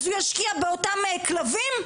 אז הוא ישקיע באותם כלבים?